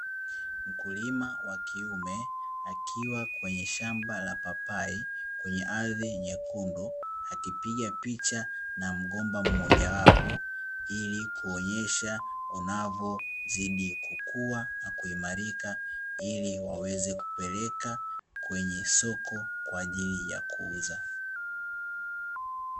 Mkulima wa kiume akiwa kwenye shamba la papai kwenye ardhi nyekundu akipiga picha na mgomba mmojawapo, ili kuonyesha unavozidi kukua na kuimarika ili waweze kupeleka kwenye soko kwa ajili ya kuuza.